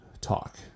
talk